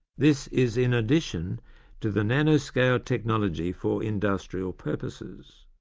this is in addition to the nanoscale technology for industrial purposes.